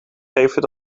geven